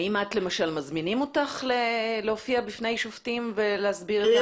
האם אותך למשל מזמינים להופיע בפני שופטים ולהסביר.